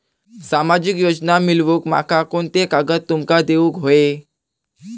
सामाजिक योजना मिलवूक माका कोनते कागद तुमका देऊक व्हये?